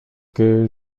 que